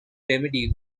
remedy